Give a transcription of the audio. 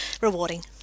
rewarding